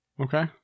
Okay